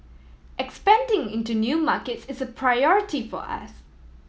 expanding into new markets is a priority for us